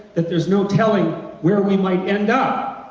that there's no telling where we might end up.